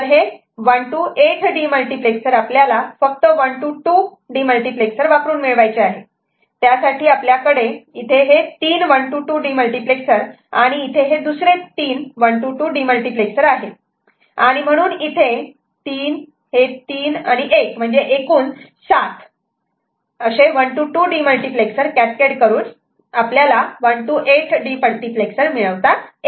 तर हे 1 to 8 demultiplexer आपल्याला फक्त 1 to 2 डीमल्टिप्लेक्सर वापरून मिळवायचे आहे त्यासाठी आपल्याकडे इथे हे तीन 1 to 2 डीमल्टिप्लेक्सर आणि इथे हे दुसरे तीन 1 to 2 डीमल्टिप्लेक्सर आहेत आणि म्हणून इथे एकूण 3317 1 to 2 डीमल्टिप्लेक्सर कॅस्केड करून 1 to 8 डीमल्टिप्लेक्सर मिळवता येईल